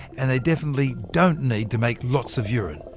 and they definitely don't need to make lots of urine,